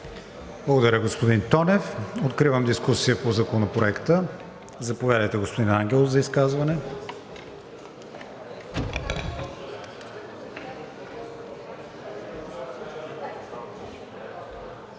Благодаря, господин Тонев. Откривам дискусия по Законопроекта. Заповядайте, господин Ангелов, за изказване.